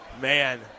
man